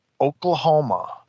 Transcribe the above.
Oklahoma